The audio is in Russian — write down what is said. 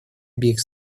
обеих